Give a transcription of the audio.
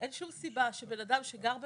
אין שום סיבה שבנאדם שגר במקום,